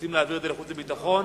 רוצים להעביר את זה לחוץ וביטחון?